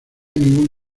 ningún